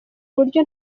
buryo